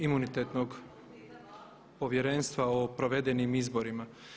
imunitetnog povjerenstva o provedenim izborima.